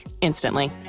instantly